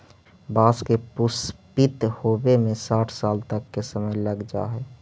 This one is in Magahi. बाँस के पुष्पित होवे में साठ साल तक के समय लग जा हइ